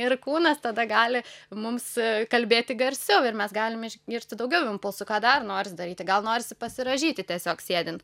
ir kūnas tada gali mums kalbėti garsiau ir mes galime išgirsti daugiau impulsų ką dar noris daryti gal norisi pasirąžyti tiesiog sėdint